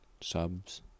Subs